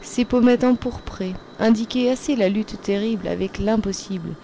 ses pommettes empourprées indiquaient assez sa lutte terrible avec l'impossible